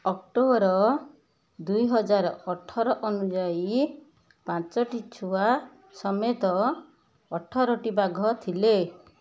October ଦୁଇହଜାର ଅଠର ଅନୁଯାୟୀ ପାଞ୍ଚଟି ଛୁଆ ସମେତ ଅଠରଟି ବାଘ ଥିଲେ